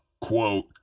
quote